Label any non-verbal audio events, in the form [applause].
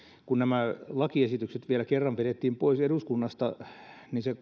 kun nämä lakiesitykset vielä kerran vedettiin pois eduskunnasta se [unintelligible]